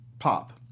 pop